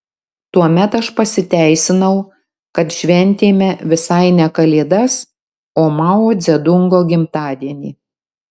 tuomet aš pasiteisinau kad šventėme visai ne kalėdas o mao dzedungo gimtadienį